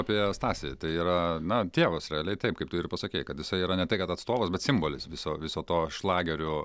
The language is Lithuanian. apie stasį tai yra na tėvas realiai taip kaip tu ir pasakei kad jisai yra ne tai kad atstovas bet simbolis viso viso to šlagerių